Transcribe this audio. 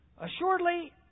Assuredly